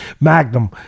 Magnum